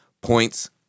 points